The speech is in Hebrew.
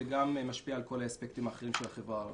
וגם משפיע על כל האספקטים האחרים של החברה הערבית.